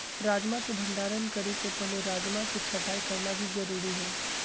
राजमा के भंडारण करे से पहले राजमा के छँटाई करना भी जरुरी हय